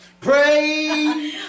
Pray